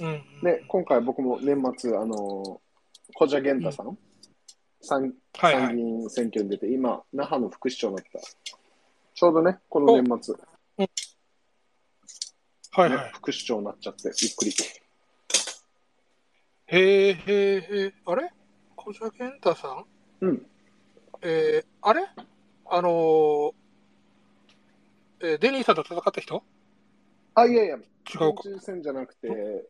うんうんうん。で、今回僕も年末、あのー、古謝玄太さんの、うん。参-はいはい。参議院選挙に出て、今、那覇の副市長になった。ちょうどね、この年末お。うん。はいね、はい。副市長になっちゃって、びっくり。へえ、へえ、へえ。あれ？古謝玄太さん？うん。えー、あれ？あのー、えー、デニーさんと戦った人？あ、いやいや。違うか。総裁選じゃなくて、